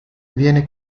viene